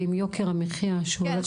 ועם יוקר המחיה שהולך ומרקיע שחקים.